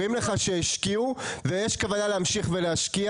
אומרים לך שהשקיעו ויש כוונה להמשיך ולהשקיע